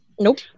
Nope